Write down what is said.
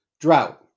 drought